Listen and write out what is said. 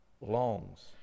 longs